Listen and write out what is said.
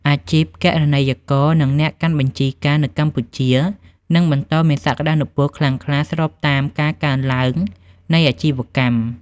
អាជីពគណនេយ្យករ និងអ្នកកាន់បញ្ជីការនៅកម្ពុជា នឹងបន្តមានសក្តានុពលខ្លាំងក្លាស្របតាមការកើនឡើងនៃអាជីវកម្ម។